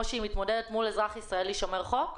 שהיא מתמודדת מול אזרח ישראלי שומר חוק?